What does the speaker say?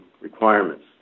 requirements